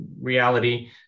reality